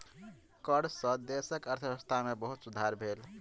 कर सॅ देशक अर्थव्यवस्था में बहुत सुधार भेल